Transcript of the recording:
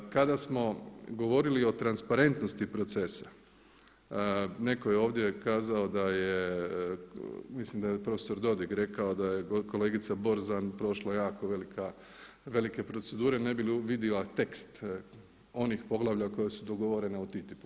Kada smo govorili o transparentnosti procesa, neko je ovdje kazao da je mislim da je profesor Dodig rekao da je kolegica Borzan prošla jako velike procedure ne bi li vidjela tekst onih poglavlja koja su dogovorena u TTIP-u.